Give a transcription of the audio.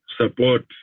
support